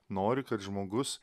nori kad žmogus